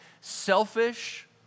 Selfish